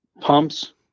pumps